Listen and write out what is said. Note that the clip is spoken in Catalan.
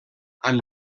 amb